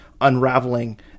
unraveling